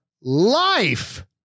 life